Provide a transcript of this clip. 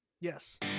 yes